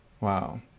Wow